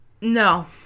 no